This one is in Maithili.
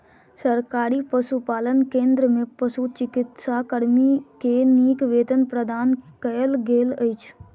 सरकारी पशुपालन केंद्र में पशुचिकित्सा कर्मी के नीक वेतन प्रदान कयल गेल अछि